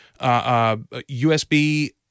USB